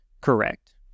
Correct